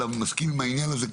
אלא מסכים עם העניין הזה.